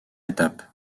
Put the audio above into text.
étape